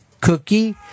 cookie